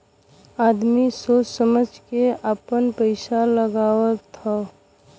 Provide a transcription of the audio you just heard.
आदमी सोच समझ के आपन पइसा लगावत हौ